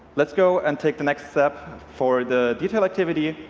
let's go and take the next step for the detail activity.